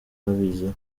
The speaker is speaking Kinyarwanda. abiziho